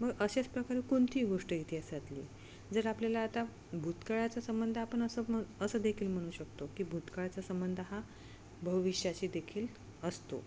व अशाच प्रकारे कोणतीही गोष्ट इतिहासातली जर आपल्याला आता भूतकाळाचा संबंध आपण असं म असं देखील म्हणून शकतो की भूतकाळाचा संबंध हा भविष्याशी देखील असतो